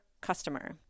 customer